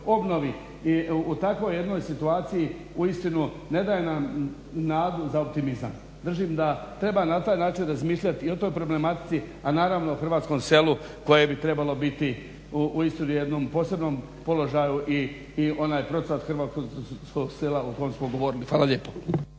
obnovi i o takvoj jednoj situaciji uistinu ne daje nam nadu za optimizam. Držim da treba na taj način razmišljati i o toj problematici, a naravno i o hrvatskom selu koje bi trebalo biti uistinu u jednom posebnom položaju i onaj procvat hrvatskog sela o kom smo govorili. Hvala lijepo.